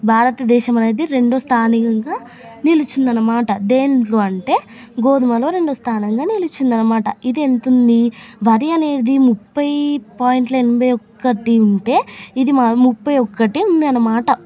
భారతదేశం అనేది రెండో స్థానంగా నిలిచింది అన్నమాట దేంట్లో అంటే గోధుమలో రెండో స్థానంగా నిలిచింది అన్నమాట ఇది ఎంత ఉంది వరి అనేది ముప్పై పాయింట్లు ఎనభై ఒకటి ఉంటే ఇది మన ముప్పై ఒకటి ఉంది అన్నమాట